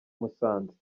musanze